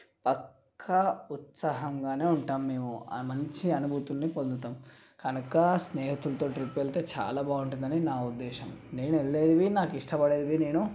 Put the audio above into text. పక్కా ఉత్సాహంగానే ఉంటాం మేము మంచి అనుభూతుల్ని పొందుతాం కనుక స్నేహితులతో ట్రిప్ వెళ్తే చాలా బాగుంటుందని నా ఉద్దేశం నేనెళ్ళేదివి నాకిష్టపడేవి నేను